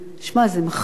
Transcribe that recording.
שמע, זה מחריד.